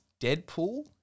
Deadpool